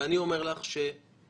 אני רוצה להבין מדוע עד היום הבנקים